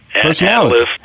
Personality